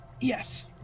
Yes